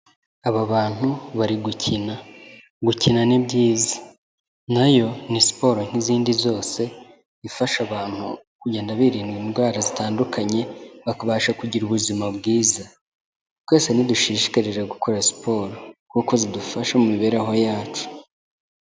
Aba bantu bari gukina, gukina ni byiza, na yo ni siporo nk'izindi zose, ifasha abantu kugenda birinda indwara zitandukanye, bakabasha kugira ubuzima bwiza, twese nidushishikarire gukora siporo, kuko zidufasha mu mibereho yacu.